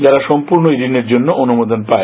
যারা সম্পূর্ণই ঋণের জন্য অনুমোদন পায়